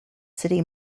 city